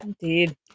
Indeed